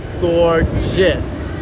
Gorgeous